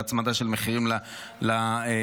בהצמדה של מחירים לצרכן,